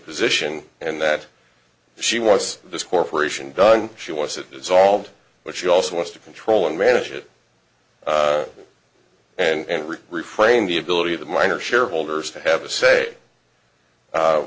position and that she wants this corporation done she wants it dissolved but she also wants to control and manage it and really reframe the ability of the minor shareholders to have a say